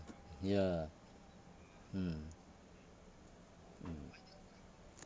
ya mm mm